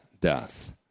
death